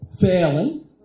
failing